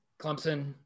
Clemson